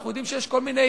אנחנו יודעים שיש כל מיני